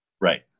Right